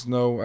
no